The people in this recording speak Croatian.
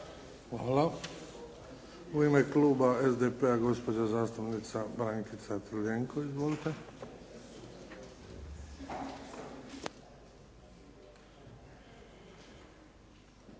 Hvala. U ime kluba SDP-a, gospođa zastupnica Brankica Crljenko. Izvolite.